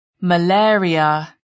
malaria